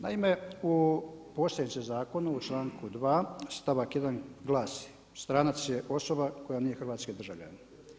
Naime u postojećem zakonu u članku 2., stavak 1. glasi: „Stranac je osoba koja nije hrvatski državljanin.